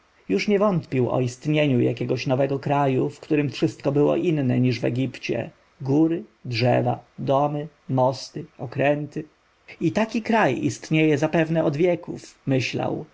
już nie wątpił o istnieniu jakiegoś nowego kraju w którym wszystko było inne niż w egipcie góry drzewa domy mosty okręty i taki kraj istnieje zapewne od wieków myślał